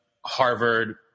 Harvard